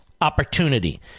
opportunity